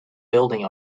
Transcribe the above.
building